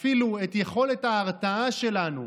ואפילו את יכולת ההרתעה שלנו,